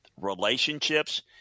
Relationships